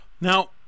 Now